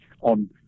on